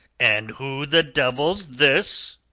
and who the devil's this?